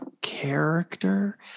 character